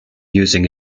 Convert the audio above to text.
using